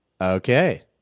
Okay